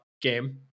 game